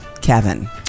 Kevin